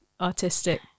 artistic